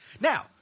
Now